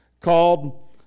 called